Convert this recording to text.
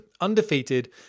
undefeated